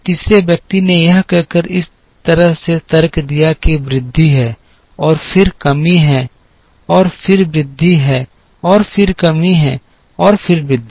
और तीसरे व्यक्ति ने यह कहकर इस तरह से तर्क दिया कि वृद्धि है और फिर कमी है और फिर वृद्धि और फिर कमी और फिर वृद्धि